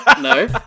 No